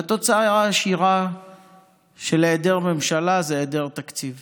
והתוצאה הישירה של היעדר ממשלה זה היעדר תקציב